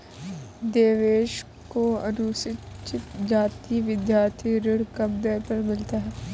देवेश को अनुसूचित जाति विद्यार्थी ऋण कम दर पर मिला है